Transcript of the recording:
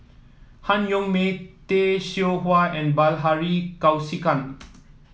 Han Yong May Tay Seow Huah and Bilahari Kausikan